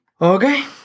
okay